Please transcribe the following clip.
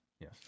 Yes